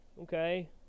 okay